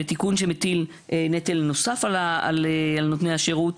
בסך הכול מדובר בתיקון שמטיל נטל נוסף על נותני השירות,